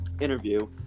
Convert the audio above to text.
interview